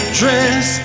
dress